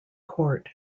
court